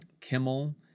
Kimmel